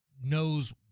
knows